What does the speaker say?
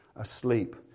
asleep